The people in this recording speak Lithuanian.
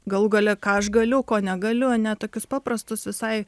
galų gale ką aš galiu ko negaliu ane tokius paprastus visai